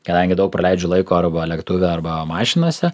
kadangi daug praleidžiu laiko arba lėktuve arba mašinose